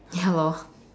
ya lor